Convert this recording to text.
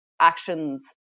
actions